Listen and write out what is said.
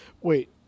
Wait